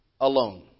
alone